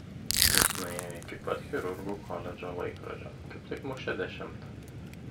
jis nuėjo iki pat chirurgų koledžo laikrodžio kaip tik mušė dešimtą